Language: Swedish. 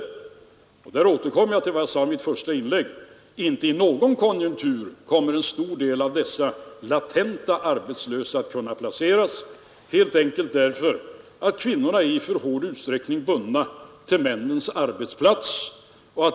Här återkommer jag till vad jag sade i mitt första inlägg. Inte i någon konjunktur kommer en stor del av dessa latenta arbetslösa att kunna placeras, helt enkelt därför att kvinnorna i för hård utsträckning är bundna till männens arbetsplats.